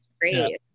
Great